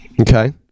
okay